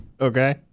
Okay